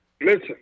listen